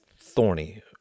thorny